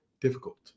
difficult